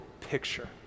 picture